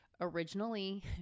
originally